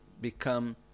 become